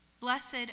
Blessed